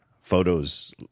photos